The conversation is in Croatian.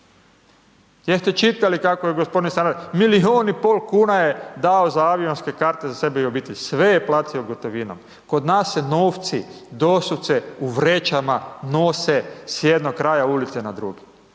Jeste čitali kako gospodin Sanader, milijun i pol kuna je dao za avionske karte, za sebe i obitelj, sve je platio gotovinom. Kod nas se novci doslovce u vrećama nose s jednog kraja ulice na drugi.